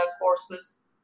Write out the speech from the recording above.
courses